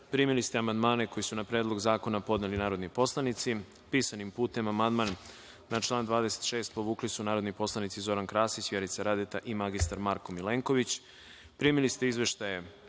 reda. Primili ste amandmane koji su na Predlog zakona podneli narodni poslanici. Pisanim putem amandman na član 26. povukli su narodni poslanici Zoran Krasić, Vjerica Radeta, i mr Marko Milenković. Primili ste izveštaje